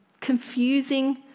confusing